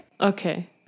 Okay